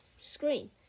screen